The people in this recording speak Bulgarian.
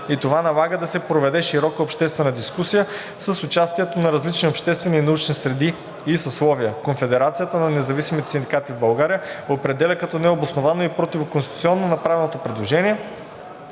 и това налага да се проведе широка обществена дискусия с участието на различни обществени и научни среди и съсловия. Конфедерацията на независимите синдикати в България определя като необосновано и противоконституционно направеното предложение.